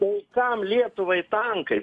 tai kam lietuvai tankai